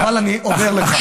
אבל אני אומר לך,